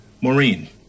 Maureen